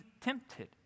tempted